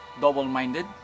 double-minded